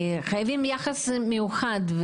חייבים יחס מיוחד.